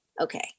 okay